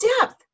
depth